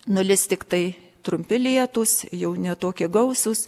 nulis tiktai trumpi lietūs jau ne tokie gausūs